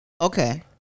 okay